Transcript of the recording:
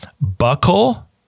buckle